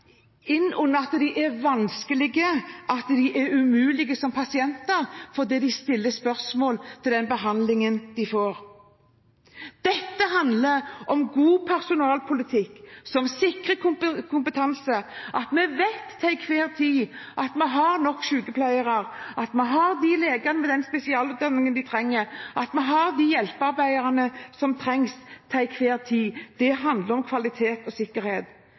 inn under det at de er vanskelige eller umulige som pasienter fordi de stiller spørsmål ved den behandlingen de får. Dette handler om god personalpolitikk, som sikrer kompetanse, at vi til enhver tid vet at vi har nok sykepleiere, at vi har leger med den spesialutdanningen de trenger, og at vi har de hjelpearbeiderne som til enhver tid trengs. Det handler om kvalitet og sikkerhet.